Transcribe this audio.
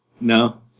No